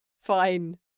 fine